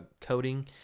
coding